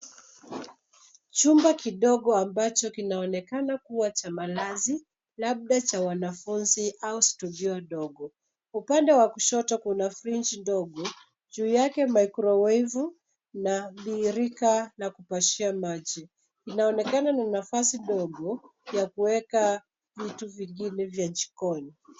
Chumba kidogo amabacho kinaonekana kuwa cha malazi, labda cha wanafunzi au studio ndogo. Upande wa kushoto kuna fridge ndogo , juu yake mikrowevu na birika la kupashia maji. Inaonekana ni nafasi ndogo ya kuweka vitu vingine vya jikoni.